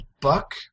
Buck